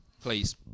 please